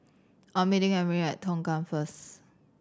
I am meeting Emry at Tongkang first